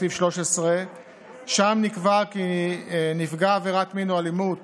בסעיף 13. נקבע שם כי נפגע עבירת מין או אלימות